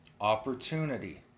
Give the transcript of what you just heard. opportunity